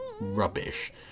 rubbish